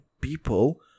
people